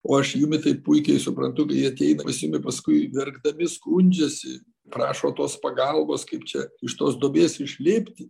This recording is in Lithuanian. o aš jumi tai puikiai suprantu jie ateina pas jumi paskui verkdami skundžiasi prašo tos pagalbos kaip čia iš tos duobės išlipti